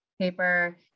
paper